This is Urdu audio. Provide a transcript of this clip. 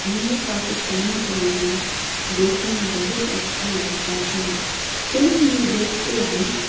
ہمیں پاکستانی ڈرامہ دیکھنے میں بہت اچھا لگتا ہے فلم بھی دیکھتے ہیں